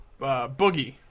Boogie